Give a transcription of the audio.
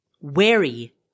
wary